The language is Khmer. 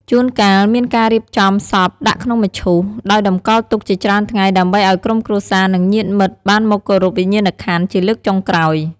ជួនកាលមានការរៀបចំសពដាក់ក្នុងមឈូស ដោយតម្កល់ទុកជាច្រើនថ្ងៃ ដើម្បីឱ្យក្រុមគ្រួសារ និងញាតិមិត្តបានមកគោរពវិញ្ញាណក្ខន្ធជាលើកចុងក្រោយ។